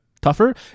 tougher